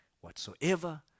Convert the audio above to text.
Whatsoever